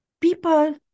people